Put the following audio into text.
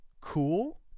Cool